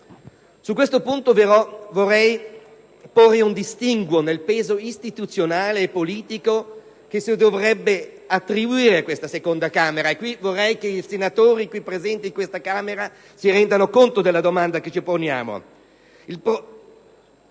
Su questo punto vorrei porre però un forte distinguo nel peso istituzionale e politico che si dovrebbe attribuire a questa seconda Camera. Al riguardo, vorrei che i senatori presenti in questa Camera si rendessero conto della domanda che ci poniamo. Il progetto